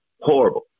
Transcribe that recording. Horrible